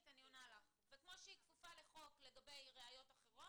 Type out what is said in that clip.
כמו שהיא כפופה לחוק לגבי ראיות אחרות